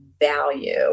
value